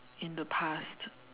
in the past